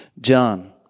John